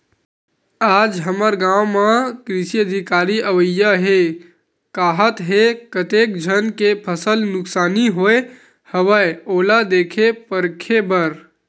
आज हमर गाँव म कृषि अधिकारी अवइया हे काहत हे, कतेक झन के फसल नुकसानी होय हवय ओला देखे परखे बर